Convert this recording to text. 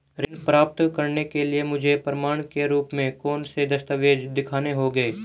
ऋण प्राप्त करने के लिए मुझे प्रमाण के रूप में कौन से दस्तावेज़ दिखाने होंगे?